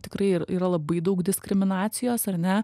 tikrai ir yra labai daug diskriminacijos ar ne